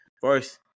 first